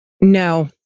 No